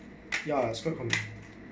ya so I'm